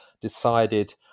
decided